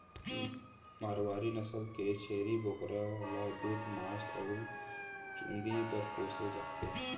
मारवारी नसल के छेरी बोकरा ल दूद, मांस अउ चूंदी बर पोसे जाथे